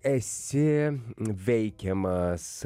esi veikiamas